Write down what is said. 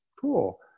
cool